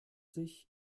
sich